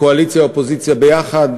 קואליציה-אופוזיציה יחד.